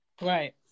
Right